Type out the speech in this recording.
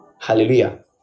Hallelujah